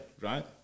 right